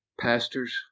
pastors